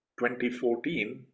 2014